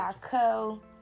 Co